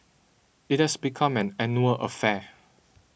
it has become an annual affair